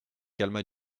calma